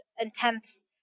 intense